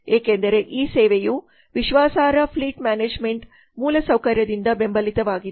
ಏಕೆಂದರೆ ಈ ಸೇವೆಯು ವಿಶ್ವಾಸಾರ್ಹ ಫ್ಲೀಟ್ ಮ್ಯಾನೇಜ್ಮೆಂಟ್ ಮೂಲಸೌಕರ್ಯದಿಂದ ಬೆಂಬಲಿತವಾಗಿದೆ